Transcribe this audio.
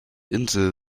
insel